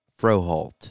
Froholt